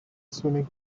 swimming